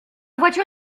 voiture